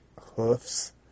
hoofs